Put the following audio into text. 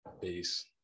Peace